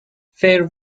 fair